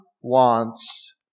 wants